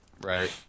right